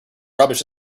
rubbish